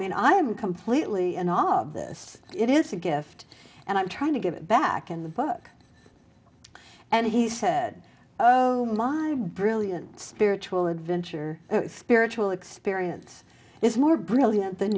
mean i'm completely and all of this it is a gift and i'm trying to get it back in the book and he said oh my brilliant spiritual adventure spiritual experience is more brilliant than